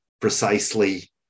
precisely